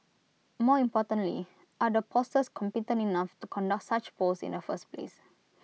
more importantly are the pollsters competent enough to conduct such polls in the first place